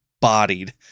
bodied